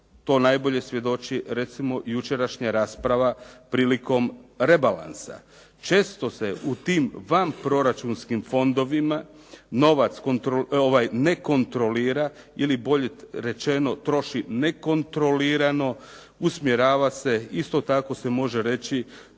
To najbolje svjedoči recimo jučerašnja rasprava prilikom rebalansa. Često se u tim vanproračunskim fondovima novac ne kontrolira, ili bolje rečeno troši nekontrolirano, usmjerava se, isto tako se može reći